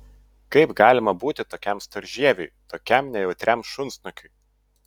kaip galima būti tokiam storžieviui tokiam nejautriam šunsnukiui